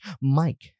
Mike